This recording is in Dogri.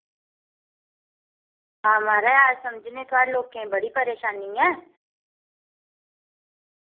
हां महाराज अस समझने थुआढ़े लोकें गी बड़ी परेशानी ऐ